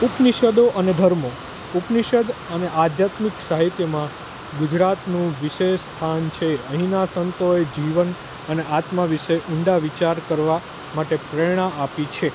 ઉપનિષદો અને ધર્મો ઉપનિષદ અને આધ્યાત્મિક સાહિત્યમાં ગુજરાતનું વિશેષ સ્થાન છે અહીંના સંતોએ જીવન અને આત્મા વિષે ઊંડા વિચાર કરવા માટે પ્રેરણા આપી છે